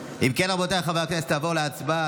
אם כן, רבותיי חברי הכנסת, נעבור להצבעה.